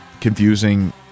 Confusing